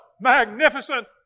magnificent